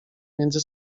między